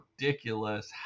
ridiculous